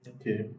Okay